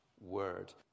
word